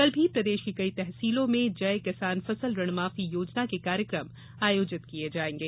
कल भी प्रदेश की कई तहसीलों में जय किसान फसल ऋणमाफी योजना के कार्यक्रम आयोजित किये जायेंगे